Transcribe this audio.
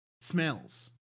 smells